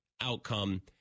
outcome